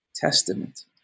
testament